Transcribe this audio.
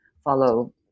follow